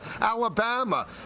Alabama